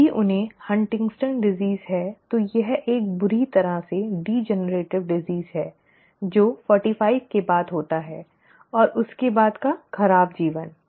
यदि उन्हें हंटिंगटन की बीमारी Huntington's disease है तो यह एक बुरी तरह से अपक्षयी बीमारी है जो 45 के बाद होता है और उसके बाद का खराब जीवन